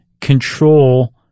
control